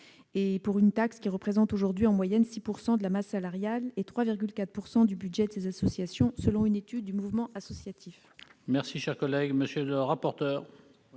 Cette taxe représente aujourd'hui en moyenne 6 % de la masse salariale et 3,4 % du budget des associations, selon une étude du Mouvement associatif.